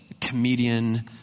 comedian